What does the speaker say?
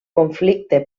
conflicte